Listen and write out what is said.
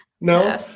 No